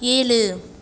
ஏழு